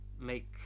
make